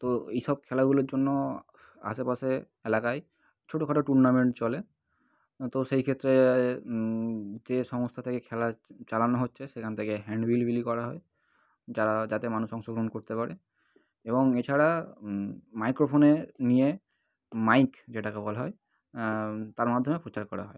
তো এই সব খেলাগুলোর জন্য আশেপাশের এলাকায় ছোটখাটো টুর্নামেন্ট চলে তো সেই ক্ষেত্রে যে সংস্থা থেকে খেলা চালানো হচ্ছে সেখান থেকে হ্যান্ডবিল বিলি করা হয় যারা যাতে মানুষ অংশগ্রহণ করতে পারে এবং এছাড়া মাইক্রোফোন নিয়ে মাইক যেটাকে বলা হয় তার মাধ্যমে প্রচার করা হয়